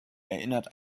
erinnert